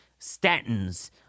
statins